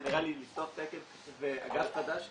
זה נראה לי לפתוח תקן ואגף חדש ל